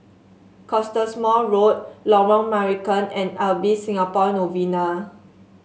Cottesmore Road Lorong Marican and Ibis Singapore Novena